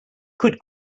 could